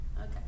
Okay